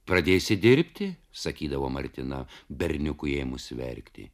pradėsi dirbti sakydavo martina berniukui ėmus verkti